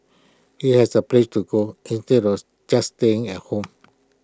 he has A place to go to instead of just staying at home